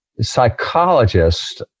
psychologist